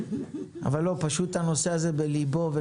אבל פשוט הנושא הזה בליבו ונפשו.